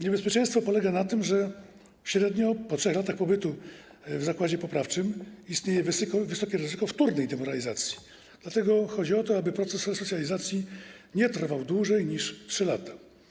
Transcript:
Niebezpieczeństwo polega na tym, że średnio po 3 latach pobytu w zakładzie poprawczym istnieje wysokie ryzyko wtórnej demoralizacji, dlatego chodzi o to, aby proces resocjalizacji nie trwał dłużej niż 3 lata.